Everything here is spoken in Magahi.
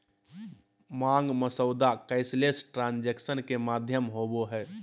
मांग मसौदा कैशलेस ट्रांजेक्शन के माध्यम होबो हइ